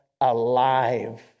alive